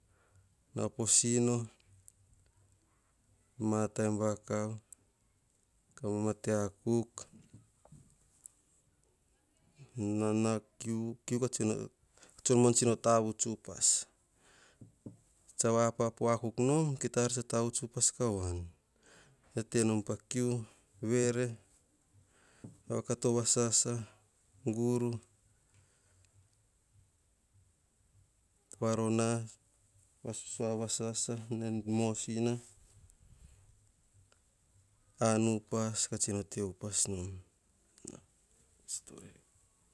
Nau po sino, ma bon vakav ka baim ma te akuk nau ka kiu ka tson muan tsi no tavuts upas tsa va apapo akuk nom, ki ta ar upas tsa tavuts upas ka wan tetenom pa kiu, vere, vakato va sasa, gur, varona, va sosua va sasa, na en mosina, an upas katsi no te upas nom.